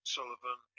Sullivan